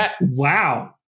Wow